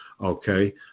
okay